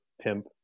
pimp